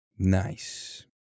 Nice